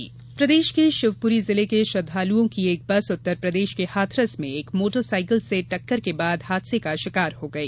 दुर्घटना मौत प्रदेश के शिवपुरी जिले के श्रद्धालुओं की एक बस उत्तरप्रदेश के हाथरस में एक मोटर साइकिल से टक्कर के बाद हादसे का शिकार हो गई